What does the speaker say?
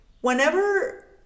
whenever